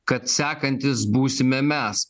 kad sekantys būsime mes